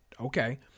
okay